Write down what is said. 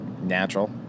Natural